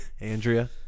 Andrea